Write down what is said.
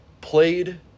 played